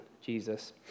Jesus